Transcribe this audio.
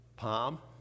palm